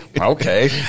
Okay